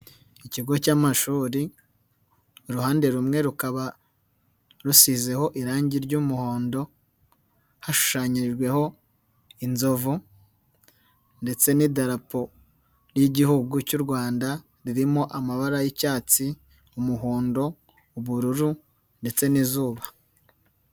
Ikigo cy'amashuri, uruhande rumwe rukaba rusizeho irangi ry'umuhondo, hashushanyijweho inzovu ndetse n'idarapo ry'Igihugu cy'u Rwanda, ririmo amabara y'icyatsi, umuhondo, ubururu ndetse n'izuba.